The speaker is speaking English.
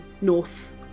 north